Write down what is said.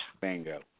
Bingo